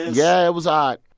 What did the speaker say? yeah, it was odd.